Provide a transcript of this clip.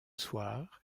soir